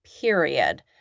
period